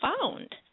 found